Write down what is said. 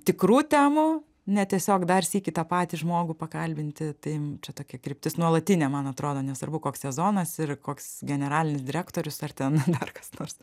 tikrų temų ne tiesiog dar sykį tą patį žmogų pakalbinti tai čia tokia kryptis nuolatinė man atrodo nesvarbu koks sezonas ir koks generalinis direktorius ar ten dar kas nors